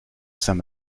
saint